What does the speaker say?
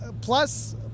plus